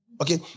Okay